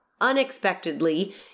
unexpectedly